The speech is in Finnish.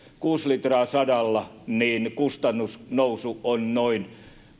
kuusi litraa sadalla niin kustannusnousu on noin